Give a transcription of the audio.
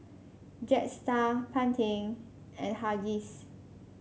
Jetstar Pantene and Huggies